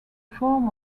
form